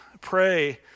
pray